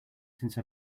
since